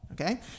okay